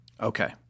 Okay